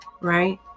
right